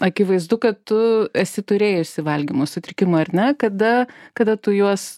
akivaizdu kad tu esi turėjusi valgymo sutrikimų ar ne kada kada tu juos